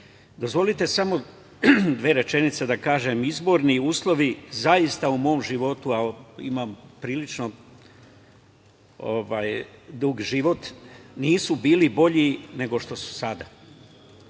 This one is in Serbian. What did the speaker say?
Dozvolite samo dve rečenice da kažem. Izborni uslovi, zaista u mom životu, a imam prilično dug život, nisu bili bolji nego što su sada.